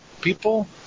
people